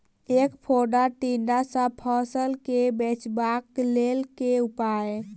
ऐंख फोड़ा टिड्डा सँ फसल केँ बचेबाक लेल केँ उपाय?